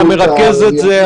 אתה מרכז את זה?